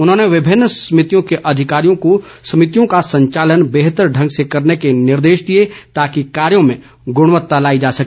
उन्होंने विभिन्न समितियों के अधिकारियों को समितियों का संचालन बेहतर ढंग से करने के निर्देश दिए ताकि कार्यों में गुणवत्ता लाई जा सके